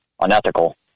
unethical